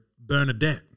Bernadette